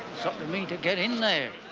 i mean to get in there.